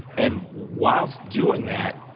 and whilst doing that,